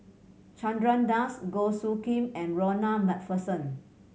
Chandra Das Goh Soo Khim and Ronald Macpherson